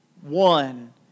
one